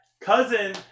Cousin